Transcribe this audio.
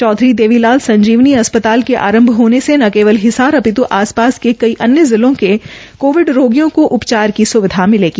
चौधरी देवीलाल संजीवनी अस्पताल के आरम्भ होने से न केवल हिसार आपूर्ति आसपास के कई अन्य जिलों के कोविड रोगियों को उपचार की सुविधा मिलेगी